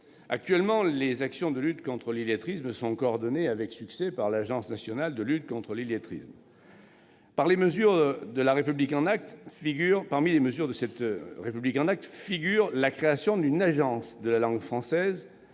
Actuellement, les actions de lutte contre l'illettrisme sont coordonnées avec succès par l'Agence nationale de lutte contre l'illettrisme, l'ANLCI. Parmi les mesures de la « République en actes » figure la création d'une agence de la langue française,